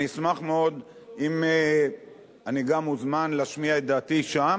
אני אשמח מאוד אם אני גם אוזמן להשמיע את דעתי שם,